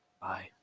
Bye